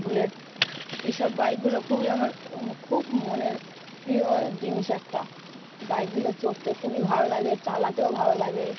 bullet এইসব বাইকগুলো খুবই আমার খুব মনের প্রিয় জিনিস একটা বাইকগুলো চড়তে খুবই ভালো লাগে চালাতেও ভালো লাগে